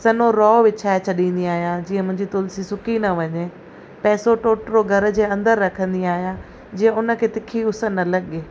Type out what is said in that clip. सन्नो रओ विछाए छॾींदी आहियां जीअं मुंहिंजी तुलसी सुकी न वञे पैसो टोटरो घर जे अंदरि रखंदी आहियां जीअं उनखे तिखी उस न लॻे